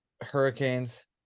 Hurricanes